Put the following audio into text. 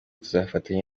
tuzafatanya